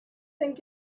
think